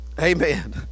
Amen